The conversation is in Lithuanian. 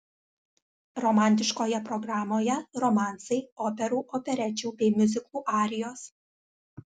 romantiškoje programoje romansai operų operečių bei miuziklų arijos